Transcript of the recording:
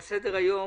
על סדר היום,